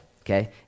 Okay